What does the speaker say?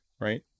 right